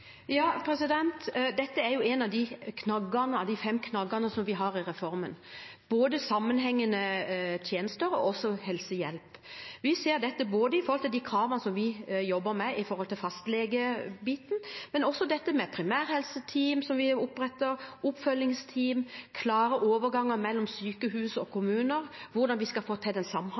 Dette er en av de fem knaggene vi har i reformen – både sammenhengende tjenester og helsehjelp. Vi ser på dette både i forbindelse med kravene vi jobber med for fastlegeordningen, og i forbindelse med primærhelseteam, som vi oppretter, oppfølgingsteam, klare overganger mellom sykehus og kommuner, hvordan vi skal få til den